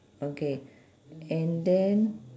okay and then